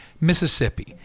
Mississippi